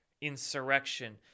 insurrection